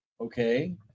Okay